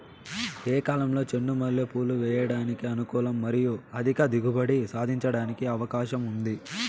ఏ కాలంలో చెండు మల్లె పూలు వేయడానికి అనుకూలం మరియు అధిక దిగుబడి సాధించడానికి అవకాశం ఉంది?